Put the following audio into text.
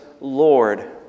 Lord